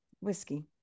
whiskey